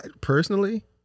personally